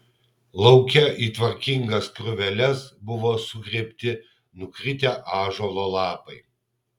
lauke į tvarkingas krūveles buvo sugrėbti nukritę ąžuolo lapai